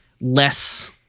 less